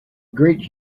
great